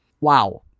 Wow